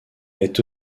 est